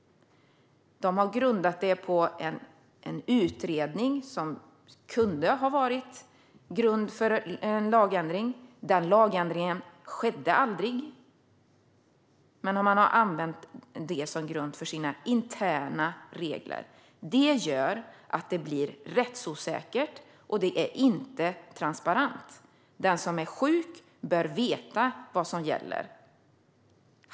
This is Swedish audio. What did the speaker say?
Man har grundat det på en utredning som kunde ha varit grund för en lagändring. Den lagändringen skedde aldrig, men man har använt utredningen som grund för sina interna regler. Det gör att det blir rättsosäkert, och det är inte transparent. Den som är sjuk bör veta vad som gäller.